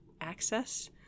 access